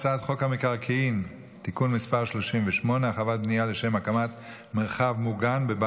אני קובע כי הצעת חוק הארכת תקופות ודחיית מועדים (הוראת שעה,